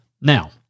Now